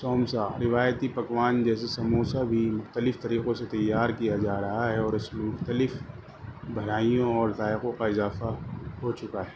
کون سا روایتی پکوان جیسے سموسا بھی مختلف طریقوں سے تیار کیا جا رہا ہے اور اس میں مختلف بھلائیوں اور ذائقوں کا اضافہ ہو چکا ہے